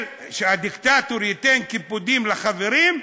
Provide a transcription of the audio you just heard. שהדיקטטור ייתן כיבודים לחברים,